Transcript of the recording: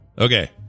Okay